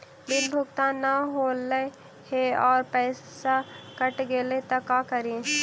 Bill भुगतान न हौले हे और पैसा कट गेलै त का करि?